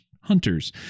hunters